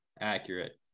accurate